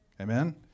Amen